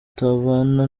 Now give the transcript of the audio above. batabana